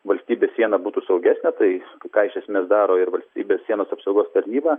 valstybės siena būtų saugesnė tai ką iš esmės daro ir valstybės sienos apsaugos tarnyba